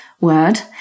word